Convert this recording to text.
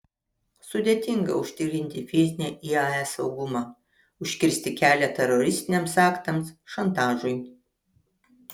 sudėtinga užtikrinti fizinį iae saugumą užkirsti kelią teroristiniams aktams šantažui